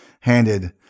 handed